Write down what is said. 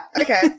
okay